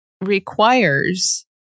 requires